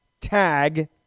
tag